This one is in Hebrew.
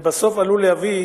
זה עלול להביא,